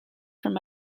from